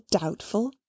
doubtful